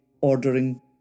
ordering